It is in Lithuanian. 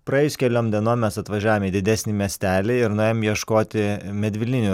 praėjus keliom dienom mes atvažiavom į didesnį miestelį ir nuėjom ieškoti medvilninių